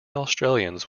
australians